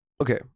okay